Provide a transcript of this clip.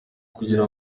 kugira